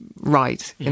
right